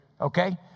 Okay